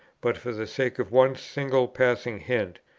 but for the sake of one single passing hint.